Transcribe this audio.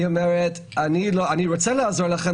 היא אומרת: אני רוצה לעזור לכם,